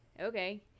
okay